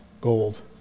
gold